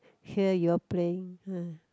hear you all playing uh